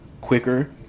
quicker